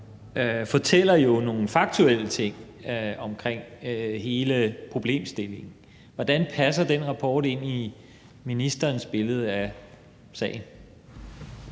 fortæller jo nogle faktuelle ting om hele problemstillingen. Hvordan passer den rapport ind i ministerens billede af sagen?